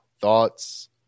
thoughts